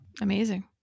Amazing